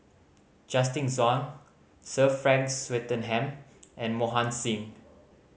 Justin Zhuang Sir Frank Swettenham and Mohan Singh